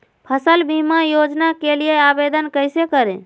फसल बीमा योजना के लिए आवेदन कैसे करें?